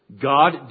God